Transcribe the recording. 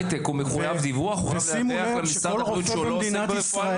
שימו לב שכל רופא במדינת ישראל עובד יותר ממשרה.